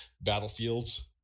Battlefields